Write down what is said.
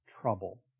trouble